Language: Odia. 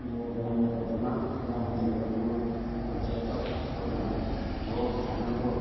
ମୋ ଗ୍ରାମ ପଦନା ରାମଚନ୍ଦ୍ରପୁର ପଞ୍ଚାୟତ ପଦନା ମୋ ସାନ ପୁଅ